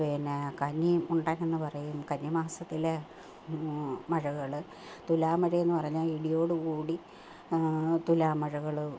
പിന്നെ കന്നിമുണ്ടൻ എന്നു പറയുന്നു കന്നിമാസത്തിലെ മഴകൾ തുലാ മഴയെന്നു പറഞ്ഞാൽ ഇടിയോടുകൂടി തുലാമഴകൾ